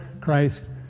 Christ